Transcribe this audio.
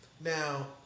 Now